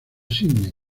sidney